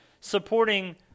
supporting